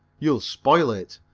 you'll spoil it.